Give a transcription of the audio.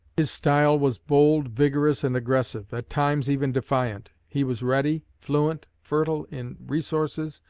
his style was bold, vigorous, and aggressive at times even defiant. he was ready, fluent, fertile in resources,